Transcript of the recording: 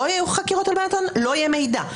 לא יהיו חקירות הלבנת הון, לא יהיה מידע.